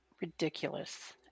ridiculous